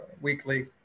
weekly